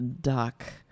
duck